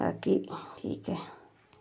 बाकी ठीक ऐ